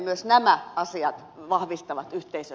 myös nämä asiat vahvistavatyhteisö